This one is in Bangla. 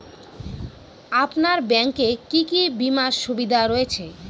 আপনার ব্যাংকে কি কি বিমার সুবিধা রয়েছে?